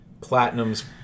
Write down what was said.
Platinum's